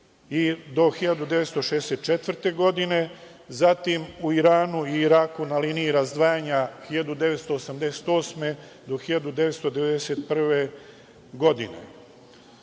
do 1964. godine, zatim u Iranu i Iraku na liniji razdvajanja 1988. do 1991. godine.U